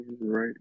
right